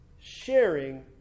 sharing